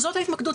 זאת ההתמקדות,